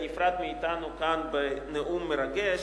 נפרד מאתנו כאן בנאום מרגש.